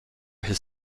his